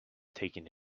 taking